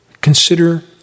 Consider